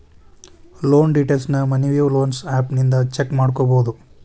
loan ಡೇಟೈಲ್ಸ್ನ Money View loans app ಇಂದ check ಮಾಡ್ಕೊಬೋದು